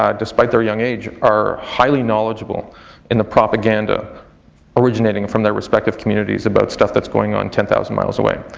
ah despite their young age, are highly knowledgeable in the propaganda originating from their respective communities about stuff that going on ten thousand miles away.